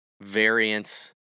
variance